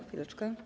Chwileczkę.